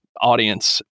audience